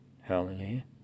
Hallelujah